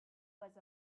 was